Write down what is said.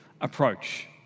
approach